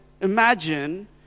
imagine